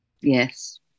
Yes